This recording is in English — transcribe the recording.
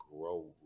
grow